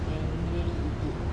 and immediately eat it